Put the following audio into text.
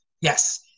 Yes